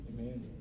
Amen